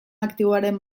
aktiboaren